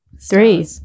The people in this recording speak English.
three